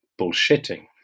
bullshitting